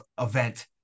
event